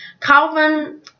Calvin